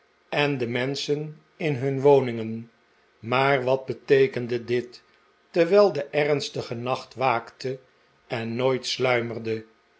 en de menschen in hun woningen maar wat beteekende dit terwijl de ernstige nacht waakte en nooit sluimerde